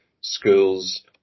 schools